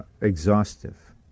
exhaustive